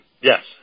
Yes